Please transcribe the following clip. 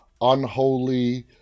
Unholy